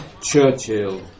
Churchill